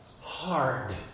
hard